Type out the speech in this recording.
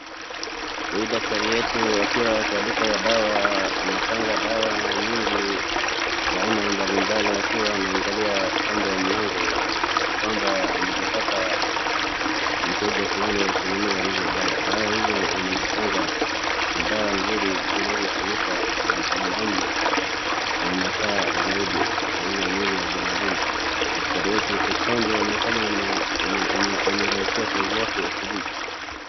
Huyu daktari wetu akiwa kwa duka ya dawa anapanga dawa nyingi za aina mbalimbali akiwa anaangalia upande ya mlango, ya kwamba anaeza pata mteja fulani wa kununua hizo dawa. Dawa hizo amezipanga ni dawa nzuri zinazotumika na binadamu na inafaa zaidi kwa ile mwili ya binadamu, aone kama ameraukia kazi yake asubuhi.